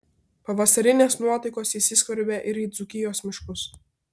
pavasarinės nuotaikos įsiskverbė ir į dzūkijos miškus